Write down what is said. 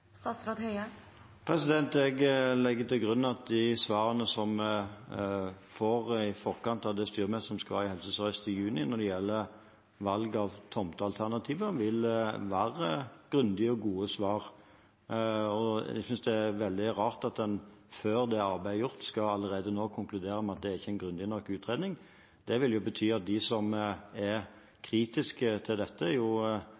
får i forkant av styremøtet som skal være i Helse Sør-Øst i juni, når det gjelder valg av tomtealternativ, vil være grundige og gode svar. Jeg synes det er veldig rart at man allerede nå, før det arbeidet er gjort, konkluderer med at det ikke er en grundig nok utredning. Det vil jo bety at de som er